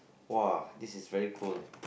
!wah! this is very cool